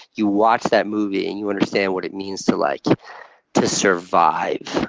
you watch that movie and you understand what it means to like to survive.